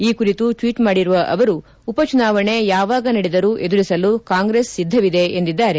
ಈ ಕುರಿತು ಟ್ವೀಟ್ ಮಾಡಿರುವ ಅವರು ಉಪಚುನಾವಣೆ ಯಾವಾಗ ನಡೆದರೂ ಎದುರಿಸಲು ಕಾಂಗ್ರೆಸ್ ಸಿದ್ದವಿದೆ ಎಂದಿದ್ದಾರೆ